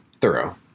thorough